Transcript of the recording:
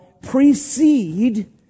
precede